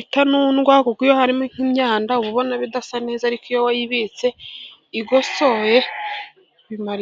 itanundwa, kuko iyo harimo nk'imyanda ubona bidasa neza, ariko iyo wayibitse igosoye, bimarika........